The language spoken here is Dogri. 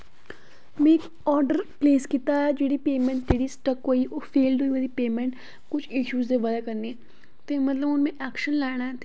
मैं आर्डर प्लेस कीता ऐ जेह्दी पेमैंट जेह्ड़ी सटक्क होई ओ फेल्ड होई ओह्दी पेमैंट कुछ ईशूस दी बजह कन्नै ते मतलव हून मैं ऐक्शन लैना ऐ ते